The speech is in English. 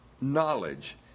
knowledge